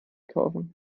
kaufen